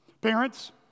Parents